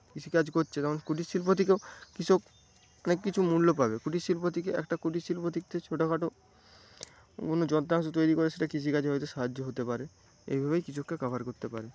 কৃষিকাজ করছে কারণ কুটিরশিল্প থেকেও কৃষক অনেক কিছু মূল্য পাবে কুটিরশিল্প থেকে একটা কুটির শিল্পর দিক থেকে ছোটখাটো কোন যন্ত্রাংশ তৈরি করে সেটা কৃষিকাজে হয়তো সাহায্য হতে পারে এইভাবেই কৃষককে কভার করতে পারে